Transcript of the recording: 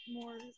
more